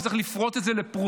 כשצריך לפרוט את זה לפרוטות,